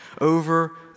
over